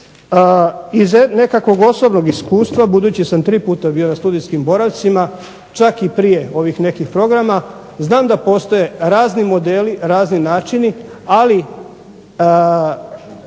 Iz nekakvog osobnog iskustva budući sam tri puta bio na studijskim boravcima čak i prije ovih nekih programa. Znam da postoje razni modeli, razni načini ali